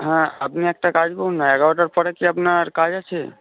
হ্যাঁ আপনি একটা কাজ করুন না এগারোটার পরে কি আপনার কাজ আছে